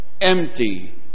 empty